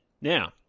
now